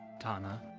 Tana